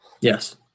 Yes